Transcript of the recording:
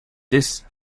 this